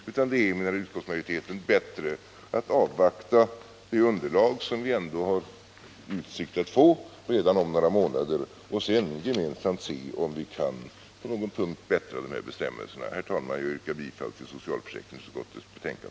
Det är i stället — menar utskottsmajoriteten — bättre att avvakta det underlag som vi ändå har utsikt att få redan om några månader och sedan gemensamt se om vi på någon punkt kan förbättra de här bestämmelserna. Herr talman! Jag yrkar bifall till socialförsäkringsutskottets hemställan.